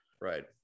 right